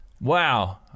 Wow